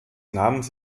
namens